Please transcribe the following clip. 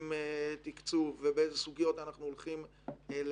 עם תקצוב, ובאילו סוגיות אנחנו הולכים להעמיק.